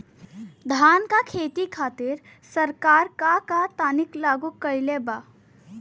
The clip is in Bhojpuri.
धान क खेती खातिर सरकार का का तकनीक लागू कईले बा?